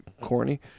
corny